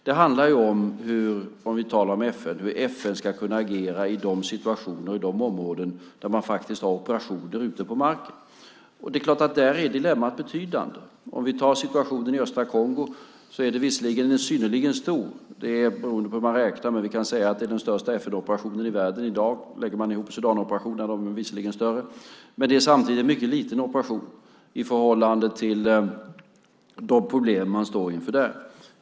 Om vi talar om FN handlar det om hur FN ska kunna agera i de situationer och i de områden där man faktiskt har operationer ute på marken. Det är klart att dilemmat där är betydande. Om vi tar situationen i östra Kongo är det visserligen en synnerligen stor operation beroende på hur man räknar. Vi kan säga att det är en den största FN-operationen i världen i dag - lägger man ihop Sudanoperationerna är de visserligen större - men det är samtidigt en mycket liten operation i förhållande till de problem som man står inför där.